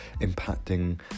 impacting